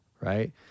right